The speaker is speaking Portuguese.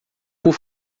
por